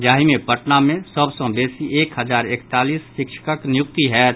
जाहि मे पटना मे सभ सॅ बेसी एक हजार एकतालीस शिक्षकक नियुक्ति होयत